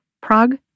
Prague